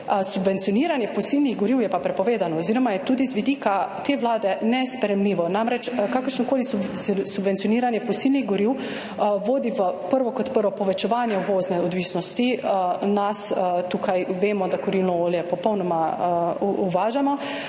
Subvencioniranje fosilnih goriv je pa prepovedano oziroma je tudi z vidika te Vlade nesprejemljivo. Namreč, kakršnokoli subvencioniranje fosilnih goriv vodi v prvo. Kot prvo povečevanje uvozne odvisnosti, nas tukaj vemo, da kurilno olje popolnoma uvažamo.